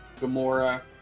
Gamora